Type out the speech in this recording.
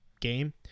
game